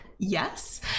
yes